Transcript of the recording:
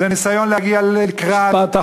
זה ניסיון להגיע לקראת.